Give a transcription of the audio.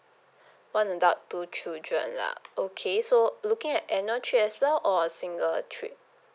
one adult two children lah okay so looking at annual trip as well or a single trip